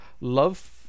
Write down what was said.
love